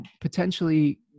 potentially